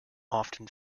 often